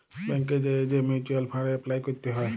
ব্যাংকে যাঁয়ে যে মিউচ্যুয়াল ফাল্ড এপলাই ক্যরতে হ্যয়